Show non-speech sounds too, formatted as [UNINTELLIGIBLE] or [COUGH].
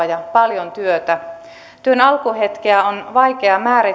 [UNINTELLIGIBLE] ja paljon työtä työn alkuhetkeä on vaikea